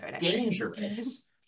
dangerous